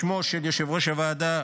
בשמו של יושב-ראש הוועדה,